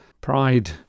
Pride